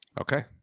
Okay